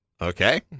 Okay